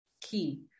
key